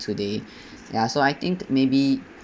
today ya so I think maybe